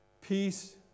peace